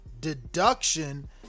deduction